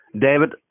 David